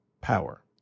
power